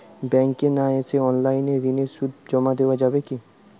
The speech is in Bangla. ব্যাংকে না এসে অনলাইনে ঋণের সুদ জমা দেওয়া যাবে কি?